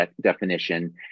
definition